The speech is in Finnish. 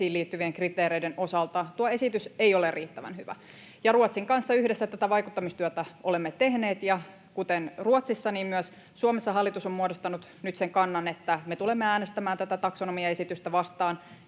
liittyvien kriteereiden osalta tuo esitys ei ole riittävän hyvä. Ruotsin kanssa yhdessä tätä vaikuttamistyötä olemme tehneet, ja kuten Ruotsissa, myös Suomessa hallitus on muodostanut nyt sen kannan, että me tulemme äänestämään tätä taksonomiaesitystä vastaan.